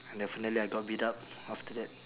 definitely I got beat up after that